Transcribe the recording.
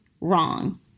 wrong